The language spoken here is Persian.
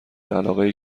علاقهای